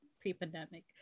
pre-pandemic